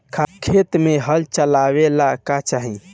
खेत मे हल चलावेला का चाही?